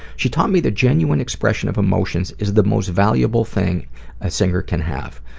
she taught me the genuine expression of emotions is the most valuable thing a singer can have.